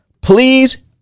Please